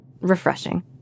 Refreshing